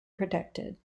protected